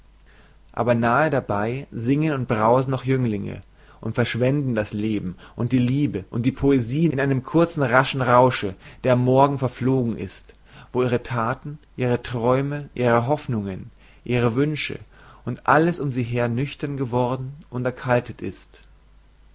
aber nah dabei singen und brausen noch jünglinge und verschwenden das leben und die liebe und die poesie in einem kurzen raschen rausche der am morgen verflogen ist wo ihre thaten ihre träume ihre hoffnungen ihre wünsche und alles um sie her nüchtern geworden und erkaltet ist